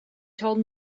told